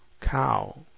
Cow